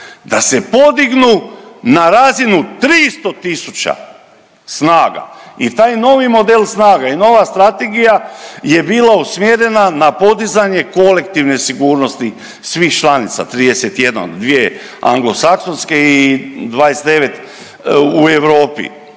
da se podignu na razinu 300 tisuća snaga i taj novi model snaga i nova strategija je bila usmjerena na podizanje kolektivne sigurnosti svih članica 31, 2 anglosakonske i 29 u Europi,